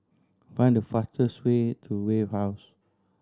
find the fastest way to Wave House